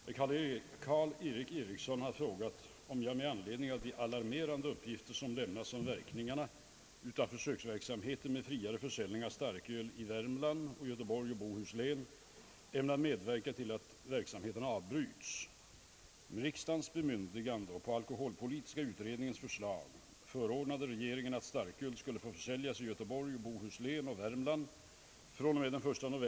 Herr talman! Fröken Sandell har frågat mig, om jag ämnar företa några särskilda åtgärder med anledning av de alarmerande rapporterna beträffande följderna av fri försäljning av starköl, och herr Yngve Hamrin i Jönköping har frågat mig, om man från regeringens sida överväger att avbryta pågående försöksverksamhet med fri försäljning av starköl på grund av de nedslående erfarenheter som gjorts.